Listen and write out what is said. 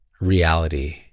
reality